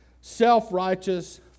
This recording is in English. self-righteous